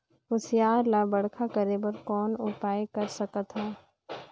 कुसियार ल बड़खा करे बर कौन उपाय कर सकथव?